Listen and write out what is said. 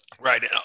Right